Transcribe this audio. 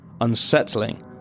unsettling